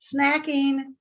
Snacking